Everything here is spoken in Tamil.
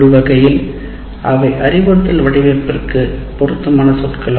ஒருவகையில் அவை அறிவுறுத்தல் வடிவமைப்பிற்கு பொருத்தமான சொற்கள்